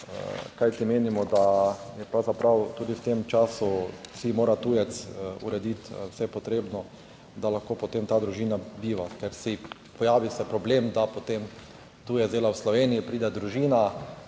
kajti menimo, da je pravzaprav tudi v tem času si mora tujec urediti vse potrebno, da lahko potem ta družina biva, ker si, pojavi se problem, da potem tujec dela v Sloveniji, pride družina,